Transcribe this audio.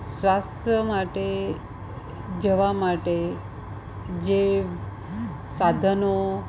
સ્વાસ્થ્ય માટે જવા માટે જે સાધનો